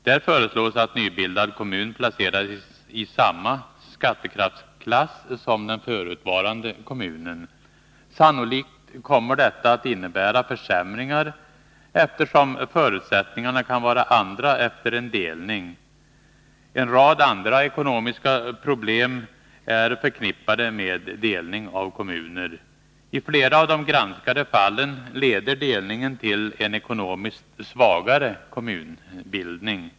Där föreslås att nybildad kommun placeras i samma skattekraftsklass som den förutvarande kommunen. Sannolikt kommer detta att innebära försämringar, eftersom förutsättningarna kan vara andra efter en delning. En rad andra ekonomiska problem är förknippade med delning av kommuner. I flera av de granskade fallen leder delningen till en ekonomiskt svagare kommunbildning.